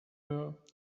her